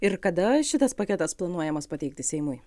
ir kada šitas paketas planuojamas pateikti seimui